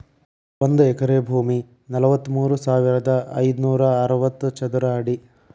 ಒಂದ ಎಕರೆ ಭೂಮಿ ನಲವತ್ಮೂರು ಸಾವಿರದ ಐದನೂರ ಅರವತ್ತ ಚದರ ಅಡಿ